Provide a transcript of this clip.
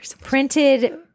printed